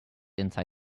inside